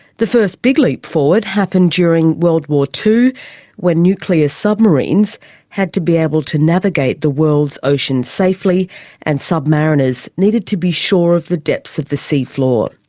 the first big leap forward happened during world war ii when nuclear submarines had to be able to navigate the world's oceans safely and submariners needed to be sure of the depths of the sea floor.